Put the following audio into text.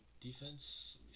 defense